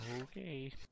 Okay